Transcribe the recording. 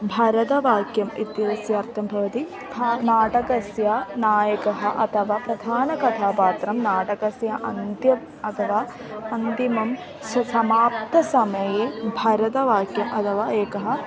भरतवाक्यम् इत्यस्य अर्थः भवति नाटकस्य नायकः अथवा प्रधानकथापात्रं नाटकस्य अन्ते अथवा अन्तिमं स समाप्तसमये भरतवाक्यम् अथवा एकम्